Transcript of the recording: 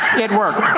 it worked,